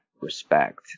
respect